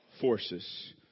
forces